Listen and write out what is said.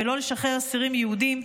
ולא לשחרר אסירים יהודים,